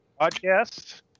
podcast